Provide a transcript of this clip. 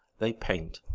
they paint.